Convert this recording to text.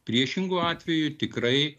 priešingu atveju tikrai